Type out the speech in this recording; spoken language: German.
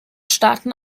staaten